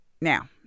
Now